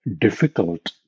difficult